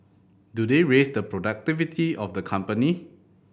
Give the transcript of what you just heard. do they raise the productivity of the company